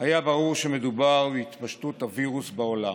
היה ברור שמדובר בהתפשטות הווירוס בעולם.